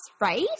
right